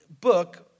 book